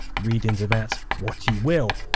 read into that what you will.